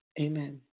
amen